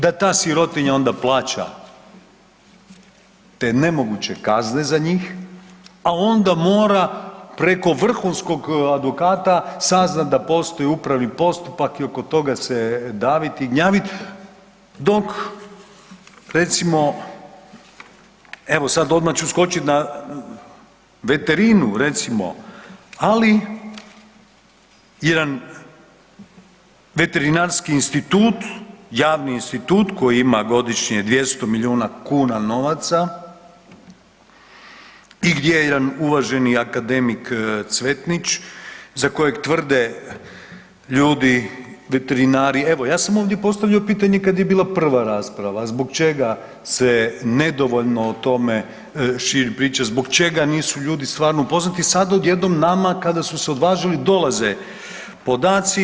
Da ta sirotinja onda plaća te nemoguće kazne za njih, a onda mora preko vrhunskog advokata saznat da postoji upravni postupak i oko toga se davit i gnjavit dok recimo evo sad odmah ću skočiti na veterinu recimo, ali jedan Veterinarski institut, javni institut koji ima godišnje 200 milijuna kuna novaca i gdje je jedan uvaženi akademik Cvetić za kojeg tvrde ljudi veterinari, evo ja sam ovdje postavio pitanje kad je bila prva rasprava zbog čega se nedovoljno o tome širi priča, zbog čega nisu ljudi stvarno upoznati, sad odjednom nama kada su se odvažili dolaze podaci.